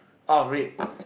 oh red